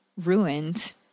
ruined